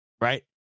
right